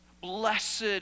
Blessed